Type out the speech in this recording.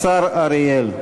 השר אריאל.